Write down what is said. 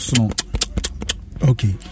okay